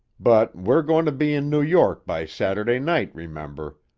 but we're going to be in new york by saturday night, remember.